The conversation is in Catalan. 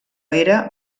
era